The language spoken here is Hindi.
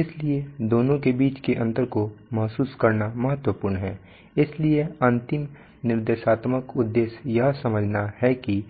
इसलिए दोनों के बीच के अंतर को महसूस करना महत्वपूर्ण है इसलिए अंतिम निर्देशात्मक उद्देश्य यह समझना है कि